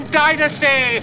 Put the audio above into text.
dynasty